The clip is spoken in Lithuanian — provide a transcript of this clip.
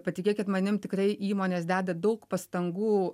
patikėkit manim tikrai įmonės deda daug pastangų